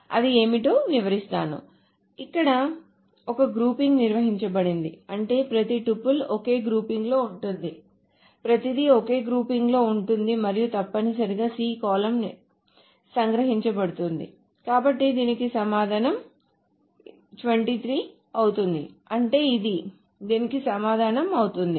అది ఏమిటో వివరిస్తాను ఇక్కడ ఒక గ్రూపింగ్ నిర్వచించబడింది అంటే ప్రతి టుపుల్ ఒకే గ్రూపింగ్ లో ఉంటుంది ప్రతిదీ ఒకే గ్రూపింగ్ లో ఉంటుంది మరియు తప్పనిసరిగా C కాలమ్ సంగ్రహించబడుతుంది కాబట్టి దీనికి సమాధానం 23 అవుతుంది అంటే ఇది దీనికి సమాధానం అవుతుంది